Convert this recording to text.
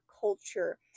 culture